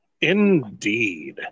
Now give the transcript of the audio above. indeed